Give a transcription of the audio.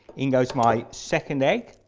in goes my second egg,